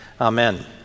Amen